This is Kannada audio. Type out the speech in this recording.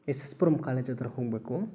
ಎಸ್ ಎಸ್ ಪುರಮ್ ಕಾಲೇಜ್ ಹತ್ತಿರ ಹೋಗಬೇಕು